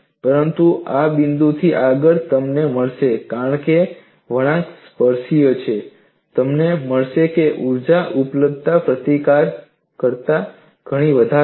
પરંતુ આ બિંદુથી આગળ તમને મળશે કારણ કે વળાંક સ્પર્શનીય છે તમને મળશે કે ઊર્જાની ઉપલબ્ધતા પ્રતિકાર કરતા ઘણી વધારે છે